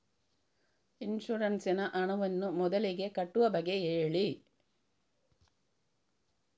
insurance ನ ಹಣವನ್ನು ಮೊದಲಿಗೆ ಕಟ್ಟುವ ಬಗ್ಗೆ ಹೇಳಿ